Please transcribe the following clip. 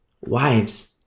Wives